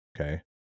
okay